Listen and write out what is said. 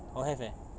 oh have eh